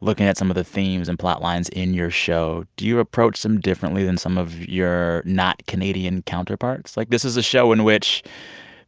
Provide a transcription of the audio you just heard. looking at some of the themes and plotlines in your show, do you approach some differently than some of your not-canadian counterparts? like, this is a show in which